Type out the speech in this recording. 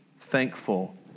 thankful